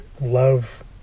love